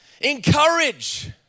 Encourage